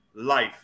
life